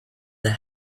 the